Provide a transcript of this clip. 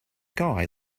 guy